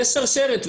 יש שרשרת.